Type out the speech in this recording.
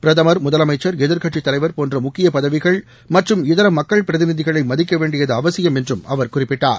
பிரதமர் முதலமைச்சர் எதிர்கட்சி தலைவர் போன்ற முக்கிய பதவிகள் மற்றும் இதர மக்கள் பிரதிநிகளை மதிக்க வேண்டியது அவசியம் என்றும் அவர் குறிப்பிட்டார்